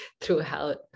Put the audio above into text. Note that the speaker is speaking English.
throughout